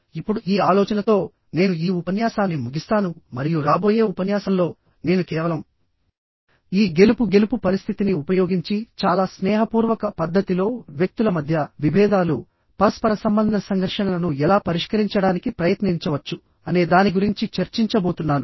ఇప్పుడు ఈ ఆలోచనతో నేను ఈ ఉపన్యాసాన్ని ముగిస్తాను మరియు రాబోయే ఉపన్యాసంలో నేను కేవలంఈ గెలుపు గెలుపు పరిస్థితిని ఉపయోగించి చాలా స్నేహపూర్వక పద్ధతిలో వ్యక్తుల మధ్య విభేదాలు పరస్పర సంబంధ సంఘర్షణలను ఎలా పరిష్కరించడానికి ప్రయత్నించవచ్చు అనే దాని గురించి చర్చించబోతున్నాను